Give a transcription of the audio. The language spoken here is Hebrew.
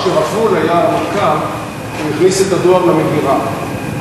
כשרפול היה הרמטכ"ל הוא הכניס את הדואר למגירה,